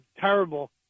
terrible